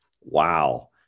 wow